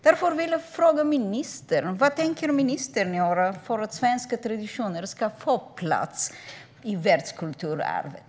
Därför vill jag fråga vad ministern tänker göra för att svenska traditioner ska få plats i världskulturarvet.